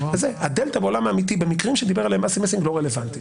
הדלתא בעולם האמיתי במקרים עליהם דיבר אסי מסינג לא רלוונטיים.